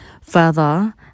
further